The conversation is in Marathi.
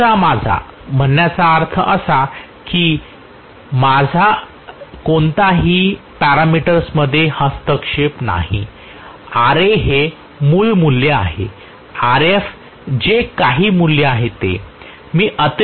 मूळचा माझ्या म्हणण्याचा अर्थ असा आहे की माझा कोणत्याही पॅरामीटर्समध्ये हस्तक्षेप नाही Ra हे मूळ मूल्य आहे Rf जे काही मूळ मूल्य आहे ते